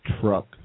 truck